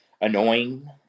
annoying